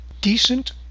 decent